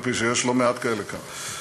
אף-על-פי שיש לא מעט כאלה כאן.